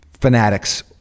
fanatics